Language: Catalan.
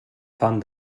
fan